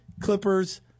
Clippers